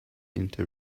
into